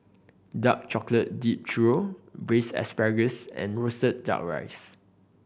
dark chocolate dipped churro Braised Asparagus and roasted Duck Rice